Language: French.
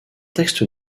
texte